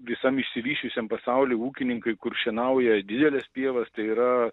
visam išsivysčiusiam pasauliui ūkininkai kur šienauja dideles pievas tai yra